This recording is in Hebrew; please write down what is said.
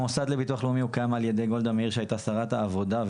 המוסד לביטוח לאומי הוקם על ידי גולדה מאיר שהייתה שרת העבודה,